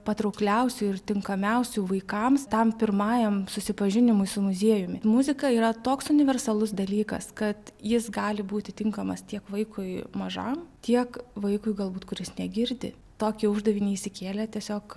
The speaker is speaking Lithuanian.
patraukliausių ir tinkamiausių vaikams tam pirmajam susipažinimui su muziejumi muzika yra toks universalus dalykas kad jis gali būti tinkamas tiek vaikui mažam tiek vaikui galbūt kuris negirdi tokį uždavinį išsikėlę tiesiog